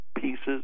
pieces